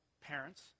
parents